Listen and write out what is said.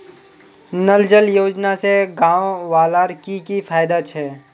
नल जल योजना से गाँव वालार की की फायदा छे?